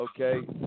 okay